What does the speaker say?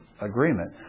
agreement